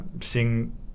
seeing